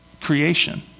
creation